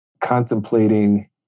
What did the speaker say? contemplating